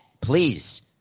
please